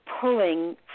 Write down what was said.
pulling